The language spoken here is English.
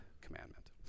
commandment